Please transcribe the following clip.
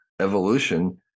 evolution